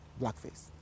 Blackface